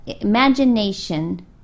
imagination